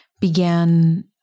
began